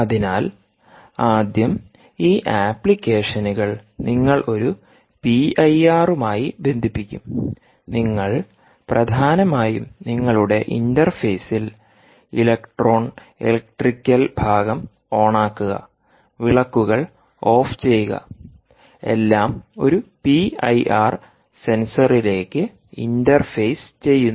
അതിനാൽ ആദ്യം ഈ ആപ്ലിക്കേഷനുകൾ നിങ്ങൾ ഒരു പിഐആറുമായി ബന്ധിപ്പിക്കും നിങ്ങൾ പ്രധാനമായും നിങ്ങളുടെ ഇന്റർഫേസിൽinterface ഇലക്ട്രോൺ ഇലക്ട്രിക്കൽ ഭാഗം ഓണാക്കുക വിളക്കുകൾ ഓഫ് ചെയ്യുക എല്ലാം ഒരു പിഐആർ സെൻസറിലേക്ക് ഇന്റർഫേസ് ചെയ്യുന്നു